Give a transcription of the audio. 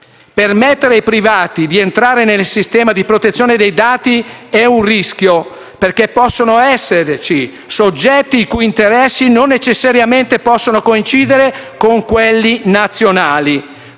Permettere ai privati di entrare nel sistema di protezione dei dati è un rischio, perché possono esservi soggetti i cui interessi non necessariamente possono coincidere con quelli nazionali.